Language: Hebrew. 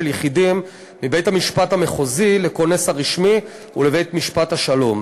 יחידים מבית-המשפט המחוזי לכונס הרשמי ולבית-משפט שלום.